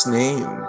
name